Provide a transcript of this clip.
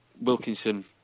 Wilkinson